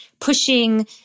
pushing